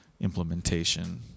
implementation